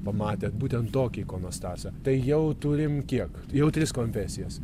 pamatę būtent tokį ikonostasą tai jau turim kiek jau trys konfesijas